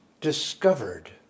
discovered